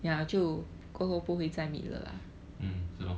嗯是咯